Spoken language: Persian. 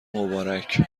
مبارک